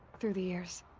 through the years.